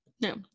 No